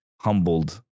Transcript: humbled